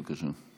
בבקשה.